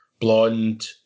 Blonde